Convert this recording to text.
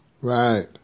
Right